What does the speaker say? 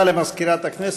מיכל רוזין ותמר זנדברג,